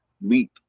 leap